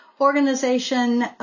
organization